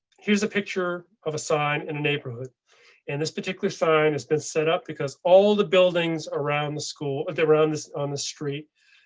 here's a picture of a sign in a neighborhood and this particular sign has been set up because all the buildings around the school of the rounds on the street.